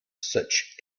such